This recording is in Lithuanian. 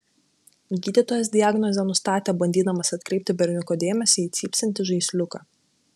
gydytojas diagnozę nustatė bandydamas atkreipti berniuko dėmesį į cypsintį žaisliuką